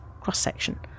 cross-section